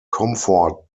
comfort